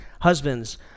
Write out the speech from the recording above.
husbands